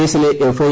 കേസിലെ F I